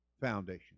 foundation